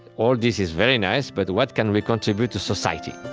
all this is very nice, but what can we contribute to society?